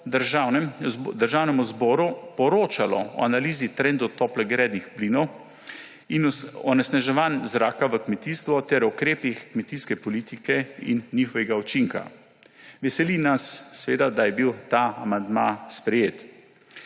Državnemu zboru poročalo o analizi trendov toplogrednih plinov in onesnaževanj zraka v kmetijstvu ter ukrepih kmetijske politike in njihovega učinka. Veseli nas, da je bil ta amandma sprejet.